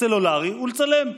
סלולרי ולצלם.